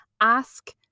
ask